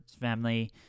family